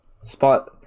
spot